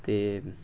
ते